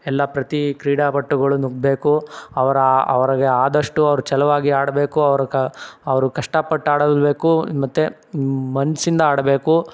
ಎಲ್ಲ ಪ್ರತಿ ಕ್ರೀಡಾಪಟುಗಳು ನುಗ್ಗಬೇಕು ಅವರ ಅವರಿಗೆ ಆದಷ್ಟು ಅವ್ರು ಛಲವಾಗಿ ಆಡಬೇಕು ಅವ್ರು ಕ ಅವರು ಕಷ್ಟಪಟ್ಟು ಆಡಲು ಬೇಕು ಮತ್ತು ಮನಸ್ಸಿಂದ ಆಡಬೇಕು